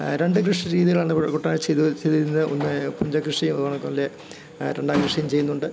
രണ്ട് കൃഷിരീതികളാണ് ഇവടെ കുട്ടനാട്ടിൽ ചെയ്ത ചെയ്യുന്നെ ഒന്ന് പുഞ്ച കൃഷിയും രണ്ടാം കൃഷിയും ചെയ്യുന്നുണ്ട്